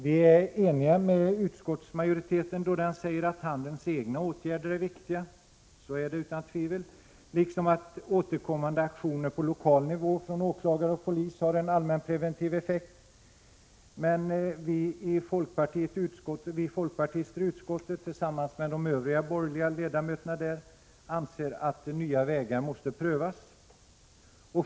Vi är eniga med utskottsmajoriteten då den säger att handelns egna åtgärder är viktiga liksom att återkommande aktioner på lokal nivå från åklagare och polis har en allmänpreventiv effekt, men vi folkpartister tillsammans med de övriga borgerliga ledamöterna i utskottet anser att nya vägar måste prövas.